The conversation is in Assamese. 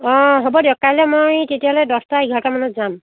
অ' হ'ব দিয়ক কাইলৈ মই তেতিয়াহ'লে দহটা এঘাৰটামানত যাম